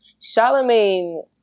Charlemagne